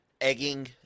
egging